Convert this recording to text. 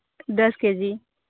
दस के जी